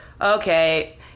okay